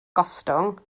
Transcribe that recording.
gostwng